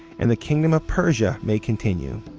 and the kingdom of persia may continue.